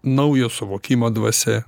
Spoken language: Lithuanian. naujo suvokimo dvasia